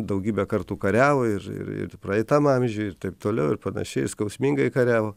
daugybę kartų kariavo ir ir praeitam amžiuj ir taip toliau ir panašiai skausmingai kariavo